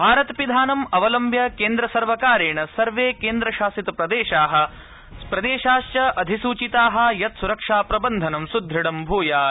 भारत पिधानम् अवलम्ब्य केन्द्रसर्वकारेण सर्वे केन्द्रशासितप्रदेशाः प्रदेशाथ अधिसूचिताः यत् सुरक्षा प्रबन्धनं सुदृढं भूयात्